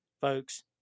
folks